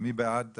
מי בעד הפיצול?